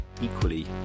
Equally